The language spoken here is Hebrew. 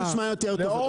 לא,